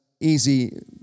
easy